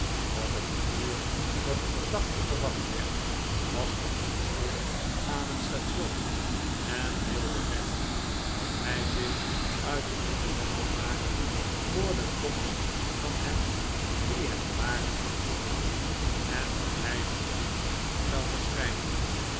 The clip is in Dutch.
op het uur dar de verdachte verwacht werd was de hondsvot aan het station en wilde wedden dat hij zich uit de voeten had gemaakt voor de komst van hen die hem waren gaan zoeken en dat hij dus niet zou verschijnen